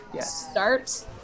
start